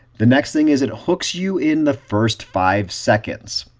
the next thing is it hooks you in the first five seconds.